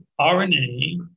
RNA